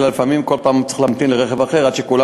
ולפעמים כל פעם צריך להמתין לרכב אחר עד שכולם